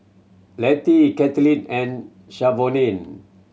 Lettie Katlyn and Shavonne